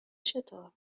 چطور